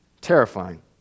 Terrifying